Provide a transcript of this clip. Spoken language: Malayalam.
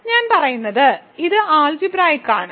ഞാൻ പറയുന്നത് ഇത് അൾജിബ്രായിക്ക് ആണ്